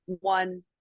one